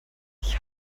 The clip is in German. ich